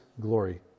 glory